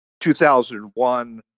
2001